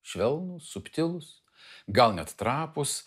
švelnūs subtilūs gal net trapūs